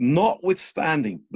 notwithstanding